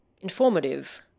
informative